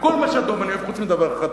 כל מה שאדום אני אוהב חוץ מדבר אחד: